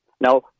Now